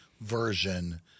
version